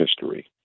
history